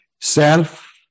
self